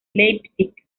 leipzig